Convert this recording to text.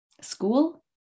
school